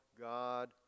God